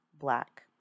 black